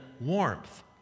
warmth